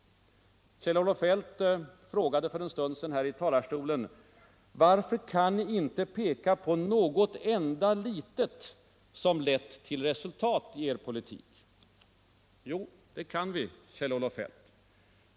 Kjell-Olof Feldt frågade för en stund sedan här i talarstolen: Varför kan ni inte peka på något enda litet som lett till resultat i er politik? Jo, det kan vi, Kjell-Olof Feldt.